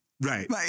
Right